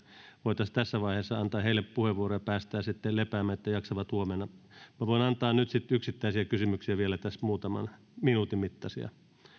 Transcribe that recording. voitaisiin tässä vaiheessa antaa heille puheenvuorot ja päästää sitten lepäämään että jaksavat huomenna minä voin antaa nyt sitten yksittäisiä kysymyksiä tässä vielä muutaman minuutin mittaisia